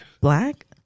black